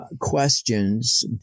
questions